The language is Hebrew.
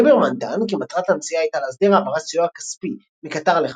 ליברמן טען כי מטרת הנסיעה הייתה להסדיר העברת סיוע כספי מקטאר לחמאס,